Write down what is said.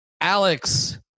Alex